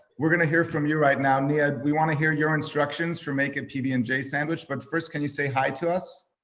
we're gonna hear from you right now, nia, we wanna hear your instructions, for making pb and j sandwich. but first can you say hi to us?